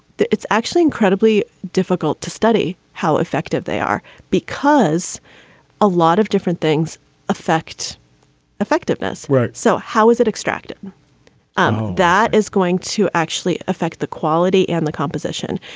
it's actually incredibly difficult to study how effective they are because a lot of different things affect effectiveness. so how is it extracted um that is going to actually affect the quality and the composition?